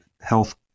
health